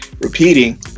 Repeating